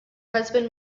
husband